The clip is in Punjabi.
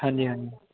ਹਾਂਜੀ ਹਾਂਜੀ